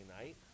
night